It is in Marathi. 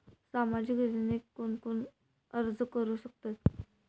सामाजिक योजनेक कोण कोण अर्ज करू शकतत?